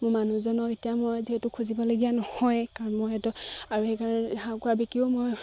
মোৰ মানুহজনক এতিয়া মই যিহেতু খুজিবলগীয়া নহয় কাৰণ মইতো আৰু সেইকাৰণে হাঁহ কুকুৰা বিকিও মই